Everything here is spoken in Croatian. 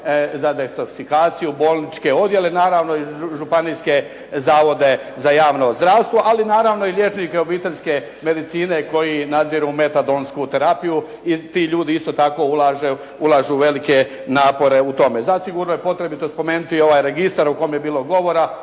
za detoksikaciju, bolničke odjele, naravno i županijske Zavode za javno zdravstvo, ali naravno i liječnike obiteljske medicine koji nadziru metadonsku terapiju i ti ljudi isto tako ulažu velike napore u tome. Zasigurno je potrebito spomenuti i ovaj registar o kojem je bilo govora